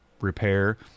repair